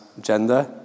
gender